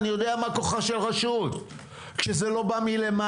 אני יודע מה כוחה של רשות כשזה לא בא מלמעלה.